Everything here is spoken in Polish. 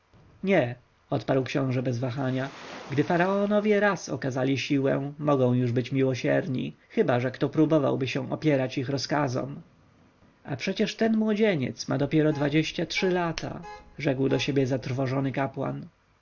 nie odparł książę bez wahania gdy faraonowie raz okazali siłę mogą już być miłosiernymi chyba że kto próbowałby opierać się ich rozkazom a przecież ten młodzieniec ma dopiero dwadzieścia trzy lata rzekł do siebie zatrwożony kapłan